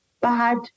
bad